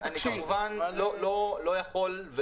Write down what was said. אני כמובן לא יכול,